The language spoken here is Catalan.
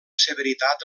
severitat